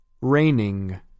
raining